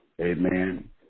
Amen